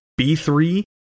B3